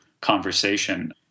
conversation